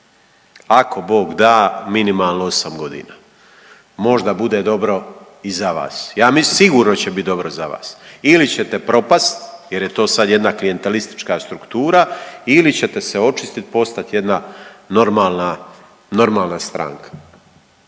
ako bog da minimalno 8 godina. Možda bude dobro i za vas. Ja mislim, sigurno će biti dobro za vas. Ili ćete propast jer je to sad jedna klijentelistička struktura ili ćete se očistiti, postati jedna normalna stranka.